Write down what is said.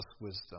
wisdom